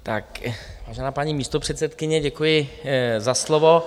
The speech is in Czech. Vážená paní místopředsedkyně, děkuji za slovo.